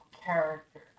character